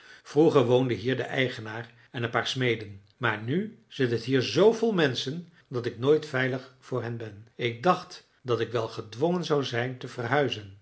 vroeger woonde hier de eigenaar en een paar smeden maar nu zit het hier zoo vol menschen dat ik nooit veilig voor hen ben ik dacht dat ik wel gedwongen zou zijn te verhuizen